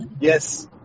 yes